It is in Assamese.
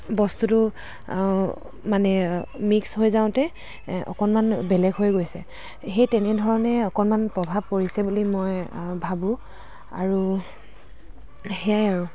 বস্তুটো মানে মিক্স হৈ যাওঁতে অকণমান বেলেগ হৈ গৈছে সেই তেনে ধৰণে অকণমান প্ৰভাৱ পৰিছে বুলি মই ভাবোঁ আৰু সেয়াই আৰু